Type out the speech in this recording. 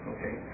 Okay